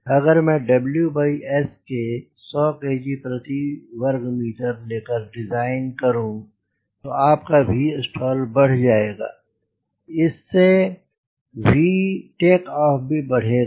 अगर मैं WS के 100 kg प्रति वर्ग मीटर लेकर डिज़ाइन करूँ तो आपका Vstall बढ़ जायेगा और इस से VTO भी बढ़ेगा